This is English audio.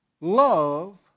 love